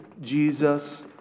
Jesus